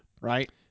right